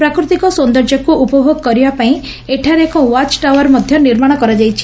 ପ୍ରାକୃତିକ ସୌଦର୍ଯ୍ୟକୁ ଉପଭୋଗ କରିବା ପାଇଁ ଏଠାରେ ଏକ ଓ୍ୱାଚ୍ ଟାଓ୍ୱାର ମଧ୍ଧ ନିର୍ମାଣ କରାଯାଇଛି